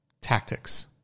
tactics